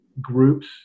groups